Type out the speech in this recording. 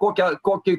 kokią kokį